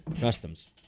customs